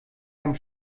einem